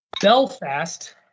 Belfast